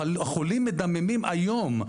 החולים מדממים היום.